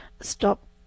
stop